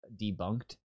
debunked